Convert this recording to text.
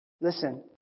Listen